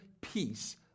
peace